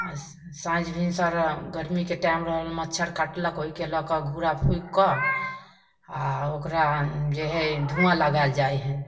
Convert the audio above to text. आओर साँझ भिनसर गर्मीके टाइम रहल मच्छर काटलक ओइके लअ कऽ घुरा फुकि कऽ आओर ओकरा जे हइ धुआँ लगायल जाइ हइ